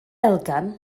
elgan